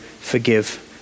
forgive